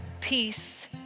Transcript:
peace